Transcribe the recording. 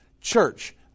church